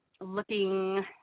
looking